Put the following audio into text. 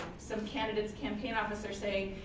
some candidates campaign officer saying,